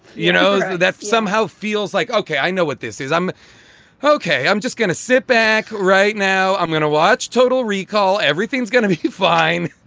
you know, that somehow feels like, ok, i know what this is. i'm ok. i'm just gonna sit back right now. i'm going to watch total recall. everything's gonna be fine